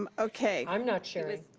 um okay. i'm not sharing.